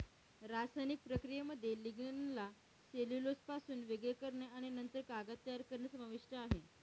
रासायनिक प्रक्रियेमध्ये लिग्निनला सेल्युलोजपासून वेगळे करणे आणि नंतर कागद तयार करणे समाविष्ट आहे